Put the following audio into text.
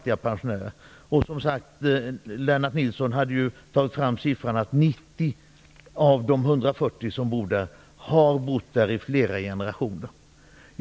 Lennart Nilsson hade tagit fram uppgiften att 90 av de 140 som bor där har bott där i flera generationer.